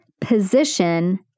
position